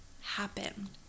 happen